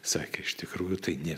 sakė iš tikrųjų tai ne